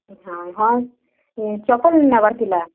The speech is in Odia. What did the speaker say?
ହଏ ହଏ ଚପଲ୍ ନେବାର ଥିଲା